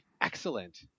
excellent